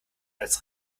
als